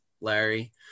Larry